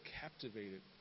captivated